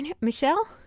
Michelle